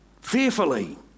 fearfully